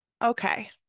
Okay